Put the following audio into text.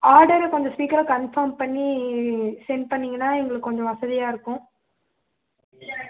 order கொஞ்சம் சீக்கிரம் confirm பண்ணி செண்ட் பண்ணிங்கனால் எங்களுக்கு கொஞ்சம் வசதியாக இருக்கும்